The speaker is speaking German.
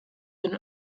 den